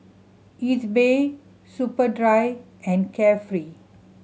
Ezbuy Superdry and Carefree